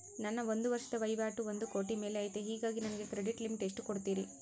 ನನ್ನ ಒಂದು ವರ್ಷದ ವಹಿವಾಟು ಒಂದು ಕೋಟಿ ಮೇಲೆ ಐತೆ ಹೇಗಾಗಿ ನನಗೆ ಕ್ರೆಡಿಟ್ ಲಿಮಿಟ್ ಎಷ್ಟು ಕೊಡ್ತೇರಿ?